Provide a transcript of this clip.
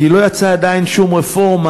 כי לא יצאה עדיין שום רפורמה,